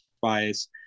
bias